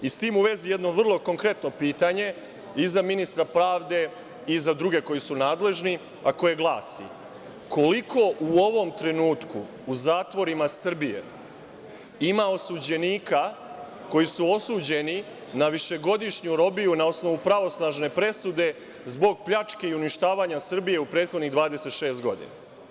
S tim u vezi jedno vrlo konkretno pitanje i za ministra pravde i za druge koji su nadležni, a koje glasi - koliko u ovom trenutku u zatvorima Srbije ima osuđenika koji su osuđeni na višegodišnju robiju na osnovu pravosnažne presude zbog pljačke i uništavanja Srbije u prethodnih 26 godina?